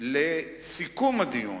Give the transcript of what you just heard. לסיכום הדיון,